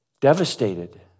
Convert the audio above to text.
devastated